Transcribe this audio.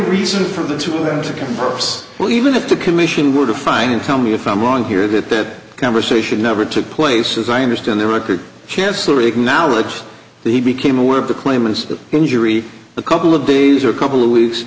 reason for the two of them to converse well even if the commission were to find him tell me if i'm wrong here that that conversation never took place as i understand the record chancellor acknowledged that he became aware of the claimants of injury the couple of days or couple weeks